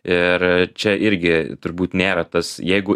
ir čia irgi turbūt nėra tas jeigu